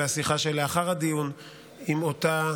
השיחה שלאחר הדיון עם אותה